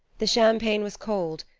the champagne was cold,